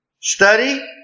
Study